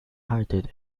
hearted